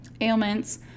ailments